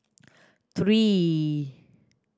three